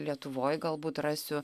lietuvoj galbūt rasiu